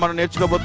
but natural but